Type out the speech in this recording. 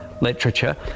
literature